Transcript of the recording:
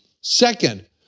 second